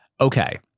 Okay